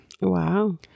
Wow